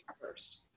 first